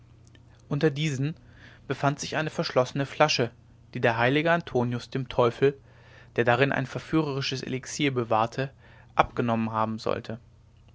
unter diesen befand sich eine verschlossene flasche die der heilige antonius dem teufel der darin ein verführerisches elixier bewahrte abgenommen haben sollte